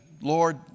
Lord